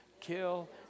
kill